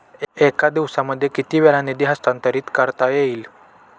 एका दिवसामध्ये किती वेळा निधी हस्तांतरीत करता येईल?